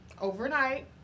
overnight